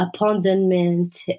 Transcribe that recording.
abandonment